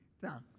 thanks